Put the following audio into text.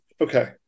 Okay